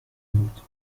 بود